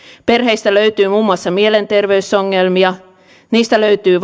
perheistä löytyy muun muassa mielenterveysongelmia niistä löytyy